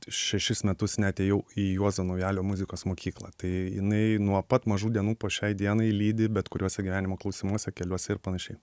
šešis metus neatėjau į juozo naujalio muzikos mokyklą tai jinai nuo pat mažų dienų po šiai dienai lydi bet kuriuose gyvenimo klausimuose keliuose ir panašiai